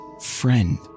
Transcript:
friend